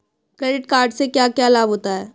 Credit card से क्या क्या लाभ होता है?